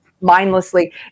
mindlessly –